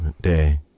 day